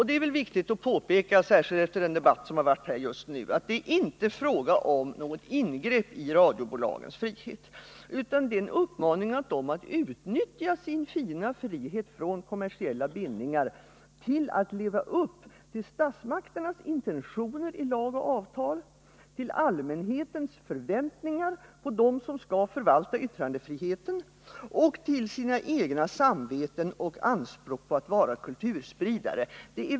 Det är, särskilt efter en debatt sådan som den som har förts här just nu, viktigt att påpeka att det inte är fråga om något ingrepp i radiobolagens frihet, utan det är en uppmaning till dem att utnyttja sin fina frihet från kommersiella bindningar till att leva upp till statsmakternas intentioner i lag och avtal, till allmänhetens förväntningar på dem som skall förvalta yttrandefriheten och till sina egna samveten och anspråk på att vara kulturspridare.